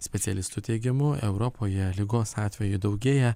specialistų teigimu europoje ligos atvejų daugėja